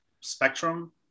spectrum